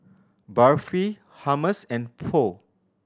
Barfi Hummus and Pho